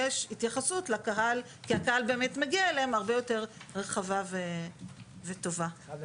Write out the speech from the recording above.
יש התייחסות הרבה יותר רחבה וטובה לקהל כי הקהל באמת מגיע אליהם.